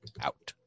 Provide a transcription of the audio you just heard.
Out